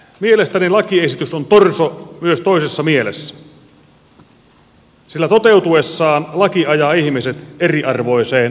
mielestäni lakiesitys on torso myös toisessa mielessä sillä toteutuessaan laki ajaa ihmiset eriarvoiseen asemaan